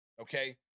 okay